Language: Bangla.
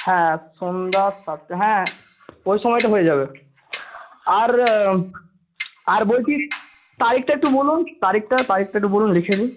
হ্যাঁ সন্ধ্যা সাতটা হ্যাঁ ওই সময়টা হয়ে যাবে আর আর বলছি তারিখটা একটু বলুন তারিখটা তারিখটা একটু বলুন লিখে নিই